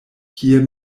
kie